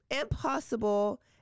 impossible